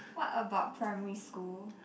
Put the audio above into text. what about primary school